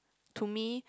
to me